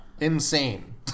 Insane